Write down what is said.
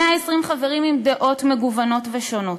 120 חברים עם דעות מגוונות ושונות,